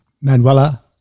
Manuela